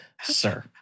Sir